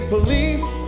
police